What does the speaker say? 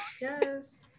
yes